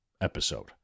episode